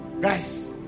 guys